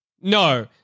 No